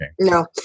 No